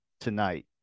tonight